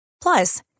Plus